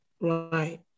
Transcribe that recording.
right